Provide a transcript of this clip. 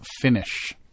finish